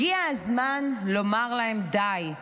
הגיע הזמן לומר להם די,